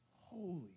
holy